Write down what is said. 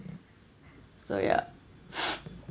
so ya